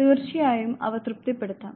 തീർച്ചയായും അവ തൃപ്തിപ്പെടുത്താം